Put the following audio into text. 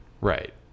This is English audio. Right